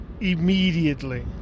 immediately